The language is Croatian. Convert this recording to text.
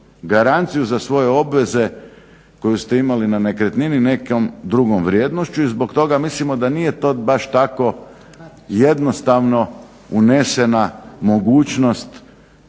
garanciju za svoje obveze koju ste imali na nekretnini nekom drugom vrijednošću i zbog toga mislimo da nije to baš tako jednostavno unesena mogućnost